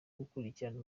gukurikirana